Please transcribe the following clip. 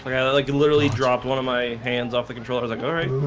i like to literally drop one of my hands off the controllers like alright